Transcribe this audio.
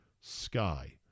sky